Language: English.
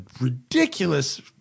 ridiculous